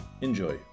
Enjoy